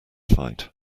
fight